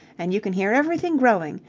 and you can hear everything growing.